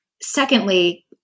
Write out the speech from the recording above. secondly